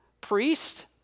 priest